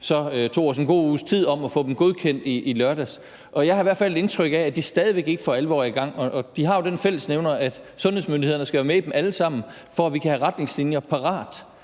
det tog os en god uges tid, før vi fik det godkendt i lørdags. Og jeg har i hvert fald indtryk af, at de stadig væk ikke for alvor er i gang. De har jo den fællesnævner, at sundhedsmyndighederne skal være med i dem alle sammen, for at vi kan have retningslinjer parat,